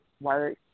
work